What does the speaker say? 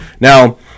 Now